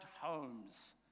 homes